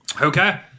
Okay